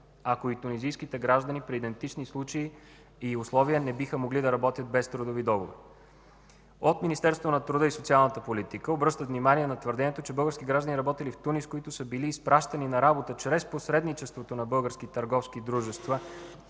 ако и тунизийските граждани, при идентични условия, не биха могли да работят без трудови договори. От Министерството на труда и социалната политика обръщат внимание на твърдението, че български граждани, работили в Тунис, които са били изпращани на работа чрез посредничеството на български търговски дружества,